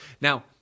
Now